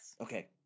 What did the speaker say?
Okay